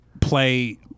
play